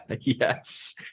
Yes